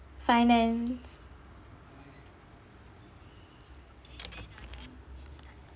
finance